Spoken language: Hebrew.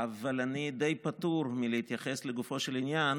אבל אני די פטור מלהתייחס לגופו של עניין,